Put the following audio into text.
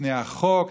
בפני החוק.